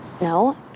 No